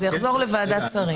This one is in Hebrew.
זה יחזור לוועדת שרים.